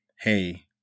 hey